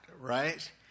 right